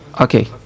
Okay